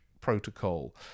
protocol